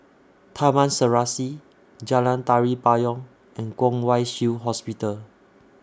Taman Serasi Jalan Tari Payong and Kwong Wai Shiu Hospital